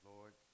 Lord